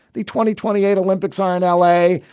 the twenty twenty eight olympics are in l a.